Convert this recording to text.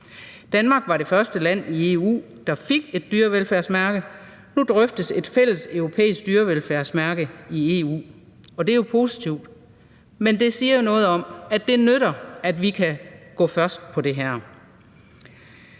Danmark var det første land i EU, der fik et dyrevelfærdsmærke. Nu drøftes et fælleseuropæisk dyrevelfærdsmærke i EU, og det er jo positivt. Men det siger også noget om, at det nytter, og at vi kan gå forrest på det her.